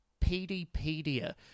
pdpedia